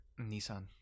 Nissan